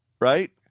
right